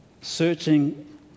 searching